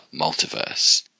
multiverse